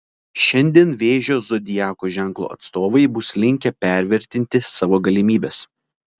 šiandien vėžio zodiako ženklo atstovai bus linkę pervertinti savo galimybes